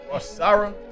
Sarah